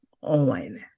on